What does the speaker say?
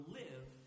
live